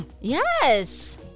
Yes